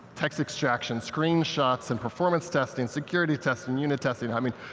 text extraction, screenshots, and performance testing, security testing, unit testing. i mean,